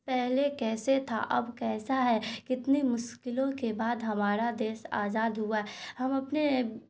پہلے کیسے تھا اب کیسا ہے کتنی مشکلوں کے بعد ہمارا دیس آزاد ہوا ہے ہم اپنے